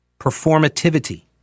Performativity